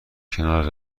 کنارت